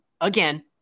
again